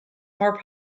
more